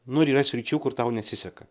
nu ir yra sričių kur tau nesiseka